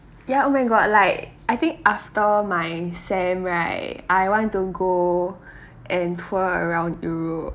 ya oh my god like I think after my sem right I want to go and tour around europe